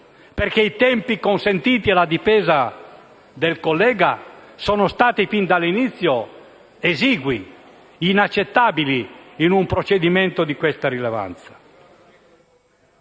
perché i tempi consentiti alla difesa del collega sono stati fin dall'inizio esigui, inaccettabili in un procedimento di questa rilevanza.